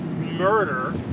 murder